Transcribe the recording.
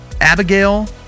Abigail